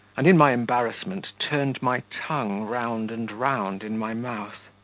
and in my embarrassment turned my tongue round and round in my mouth.